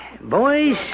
boys